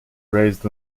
raised